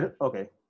Okay